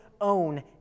own